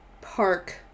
park